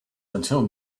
until